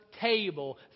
table